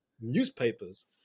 newspapers